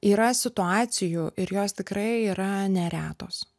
yra situacijų ir jos tikrai yra neretos